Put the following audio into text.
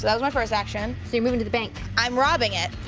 yeah was my first action. so you're moving to the bank. i'm robbing it.